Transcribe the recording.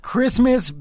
Christmas